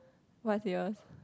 what's yours